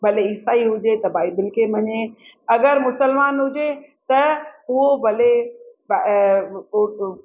भले ईसाई हुजे त बाइबल खे मञे अगरि मुसलमान हुजे त उहो भले